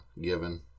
given